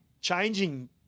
changing